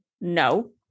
no